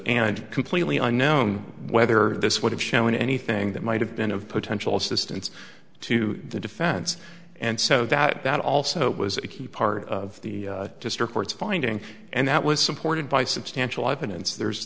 and completely unknown whether this would have shown anything that might have been of potential assistance to the defense and so that also was a key part of the district court's finding and that was supported by substantial evidence there's